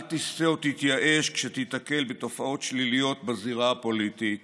אל תסטה או תתייאש כשתיתקל בתופעות שליליות בזירה הפוליטית